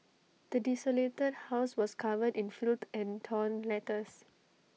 the desolated house was covered in filth and torn letters